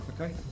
Okay